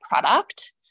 product